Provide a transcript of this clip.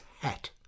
hat